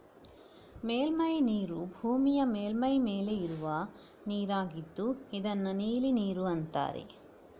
ಮೇಲ್ಮೈ ನೀರು ಭೂಮಿಯ ಮೇಲ್ಮೈ ಮೇಲೆ ಇರುವ ನೀರಾಗಿದ್ದು ಇದನ್ನ ನೀಲಿ ನೀರು ಅಂತಾರೆ